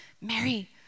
Mary